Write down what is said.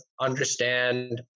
understand